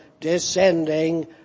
descending